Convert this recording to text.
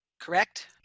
Correct